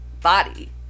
body